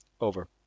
over